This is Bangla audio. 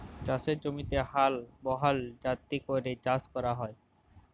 চাষের জমিতে হাল বহাল যাতে ক্যরে চাষ ক্যরা হ্যয়